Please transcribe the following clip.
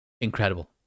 Incredible